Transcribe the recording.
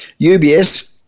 UBS